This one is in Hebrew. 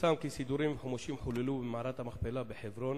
פורסם כי סידורים וחומשים חוללו במערת המכפלה בחברון